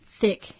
thick